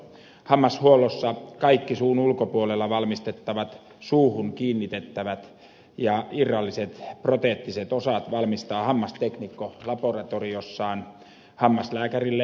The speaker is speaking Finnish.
hammashuollossa kaikki suun ulkopuolella valmistettavat suuhun kiinnitettävät ja irralliset proteettiset osat valmistaa hammasteknikko laboratoriossaan hammaslääkärille alihankintana